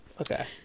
Okay